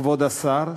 כבוד השר,